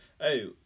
Hey